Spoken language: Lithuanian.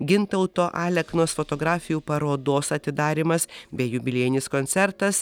gintauto aleknos fotografijų parodos atidarymas bei jubiliejinis koncertas